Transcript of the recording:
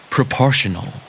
Proportional